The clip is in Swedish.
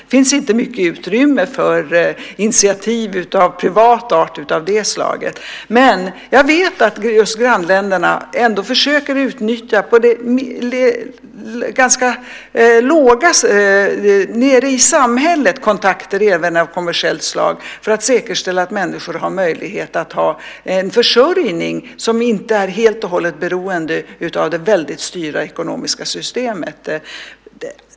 Det finns inte mycket utrymme för privata initiativ av det slaget, men jag vet att grannländerna på gräsrotsnivå försöker utnyttja kontakter också av kommersiellt slag för att säkerställa att människor har möjligheter till en försörjning som inte helt och hållet är beroende av det hårt styrda ekonomiska systemet.